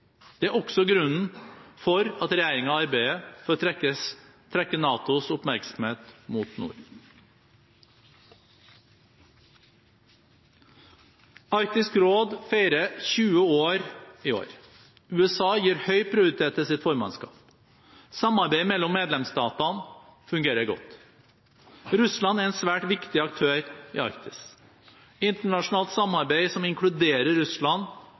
Det er også grunnen til at regjeringen arbeider for å trekke NATOs oppmerksomhet mot nord. Arktisk råd feirer 20 år i år. USA gir høy prioritet til sitt formannskap. Samarbeidet mellom medlemsstatene fungerer godt. Russland er en svært viktig aktør i Arktis. Internasjonalt samarbeid som inkluderer Russland,